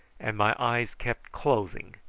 and my eyes kept closing,